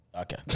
Okay